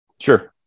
Sure